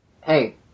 Hey